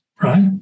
right